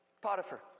Potiphar